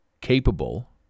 capable